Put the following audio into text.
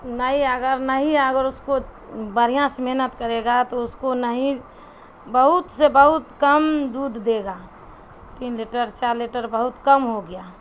نہیں اگر نہیں اگر اس کو بڑھیا سے محنت کرے گا تو اس کو نہیں بہت سے بہت کم دودھ دے گا تین لیٹر چار لیٹر بہت کم ہو گیا